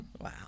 Wow